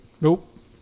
Nope